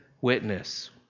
witness